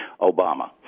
Obama